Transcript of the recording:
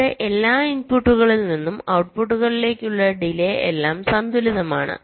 ഇവിടെ എല്ലാ ഇൻപുട്ടുകളിൽ നിന്നും ഔട്ട്പുട്ടുകളിലേക്കുള്ള ഡിലെ എല്ലാം സന്തുലിതമാണ്